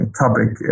topic